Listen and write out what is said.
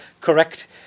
correct